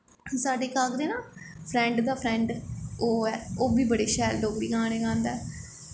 साढ़े इक आखदे ना फ्रैंड दा फ्रैंड ओह् ऐ ओह् बी बड़े शैल डोगरी गाने गांदा ऐ